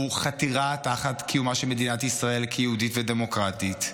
הוא חתירה תחת קיומה של מדינת ישראל כיהודית ודמוקרטית,